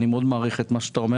אני מאוד מודה מעריך את מה שאתה אומר